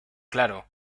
claro